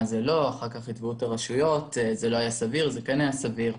לא סביר ואחר כך יתבעו את הרשויות כי זה לא היה סביר או כן היה סביר?